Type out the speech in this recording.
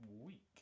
week